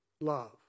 love